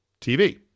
TV